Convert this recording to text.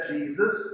Jesus